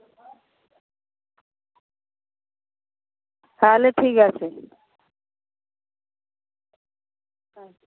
তাহলে ঠিক আছে